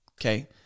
okay